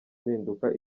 impinduka